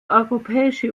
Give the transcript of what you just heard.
europäische